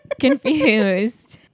confused